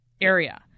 area